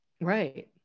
Right